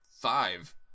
five